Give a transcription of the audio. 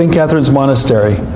and catherine's monastery,